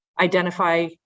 identify